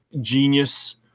genius